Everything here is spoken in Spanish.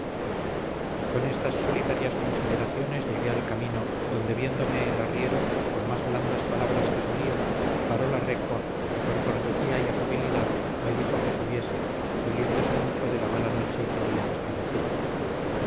con estas solitarias consideraciones llegué al camino donde viéndome el arriero con más blandas palabras que solía paró la recua y con cortesía y afabilidad me dijo que subiese doliéndose mucho de la mala noche que habíamos padecido